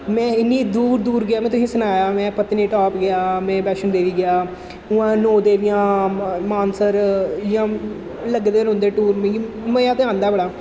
में इन्नी दूर दूर गेआ में तुसें गी सनाया में पत्नीटाप गेआ में बैश्णो देवी गेआ उ'आं नौ देवियां मानसर इ'यां लगदे रौंह्दे टूर मिगी मजा ते औंदा बड़ा